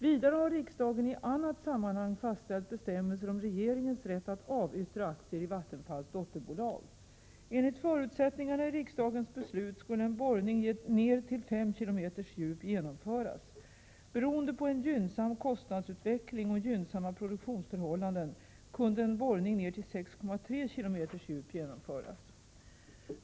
Vidare har riksdagen i annat sammanhang fastställt bestämmelser om regeringens rätt att avyttra aktier i Vattenfalls dotterbolag. Enligt förutsättningarna i riksdagens beslut skulle en borrning ned till 5 km djup genomföras. Beroende på en gynnsam kostnadsutveckling och gynnsamma produktionsförhållanden kunde en borrning ner till 6,3 km djup genomföras.